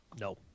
No